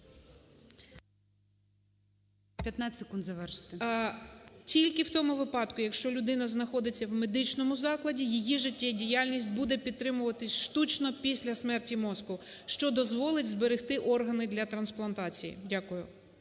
Тільки в тому випадку, якщо людина знаходиться в медичному закладі, її життєдіяльність буде підтримуватись штучно після смерті мозку, що дозволить зберегти органи для трансплантації. Дякую.